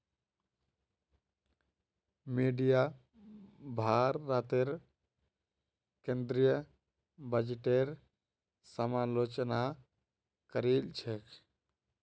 media भारतेर केंद्रीय बजटेर समालोचना करील छेक